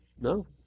No